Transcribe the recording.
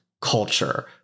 culture